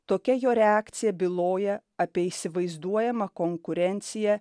tokia jo reakcija byloja apie įsivaizduojamą konkurenciją